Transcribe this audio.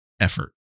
effort